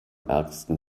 ärgsten